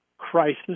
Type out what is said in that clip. crisis